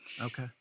Okay